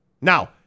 Now